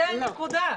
זו הנקודה.